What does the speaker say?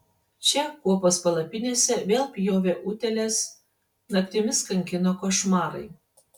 čia kuopos palapinėse vėl pjovė utėlės naktimis kankino košmarai